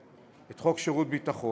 את חוק שירות ביטחון,